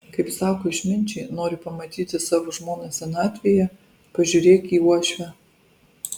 kaip sako išminčiai nori pamatyti savo žmoną senatvėje pažiūrėk į uošvę